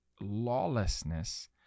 lawlessness